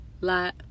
lot